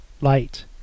light